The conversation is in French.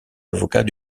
avocats